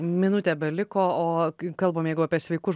minutė beliko o kalbame jeigu apie sveikus